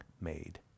made